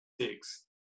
six